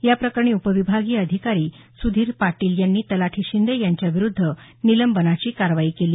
याप्रकरणी उपविभागीय अधिकारी सुधीर पाटील यांनी तलाठी शिंदे यांच्याविरुद्ध निलंबनाची कारवाई केली